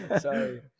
Sorry